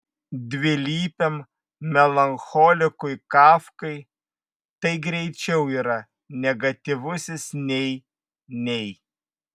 dvilypiam melancholikui kafkai tai greičiau yra negatyvusis nei nei